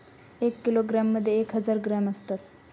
एका किलोग्रॅम मध्ये एक हजार ग्रॅम असतात